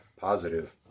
positive